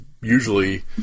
usually